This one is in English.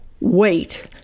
wait